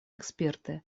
эксперты